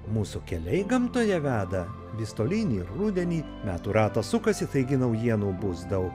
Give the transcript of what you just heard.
mūsų keliai gamtoje veda vis tolyn į rudenį metų ratas sukasi taigi naujienų bus daug